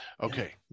okay